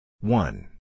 One